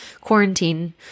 quarantine